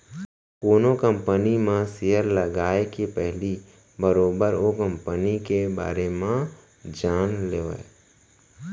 कोनो कंपनी म सेयर लगाए के पहिली बरोबर ओ कंपनी के बारे म जान लेवय